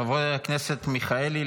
חברי הכנסת מרב מיכאלי,